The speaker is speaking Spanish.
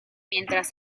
mientras